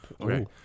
Okay